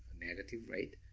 negative rate.